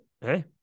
hey